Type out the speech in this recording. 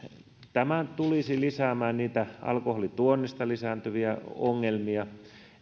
tämä tulisi lisäämään alkoholin tuonnista lisääntyviä ongelmia